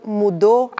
mudou